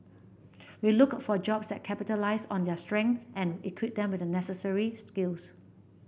we look for jobs that capitalise on their strengths and equip them with the necessary skills